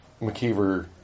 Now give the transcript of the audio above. McKeever